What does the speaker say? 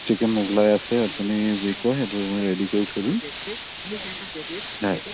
chicken Mughlai আছে আপুনি যি কয় সেইটো আমি ৰেডি কৰি থৈ দিম হয়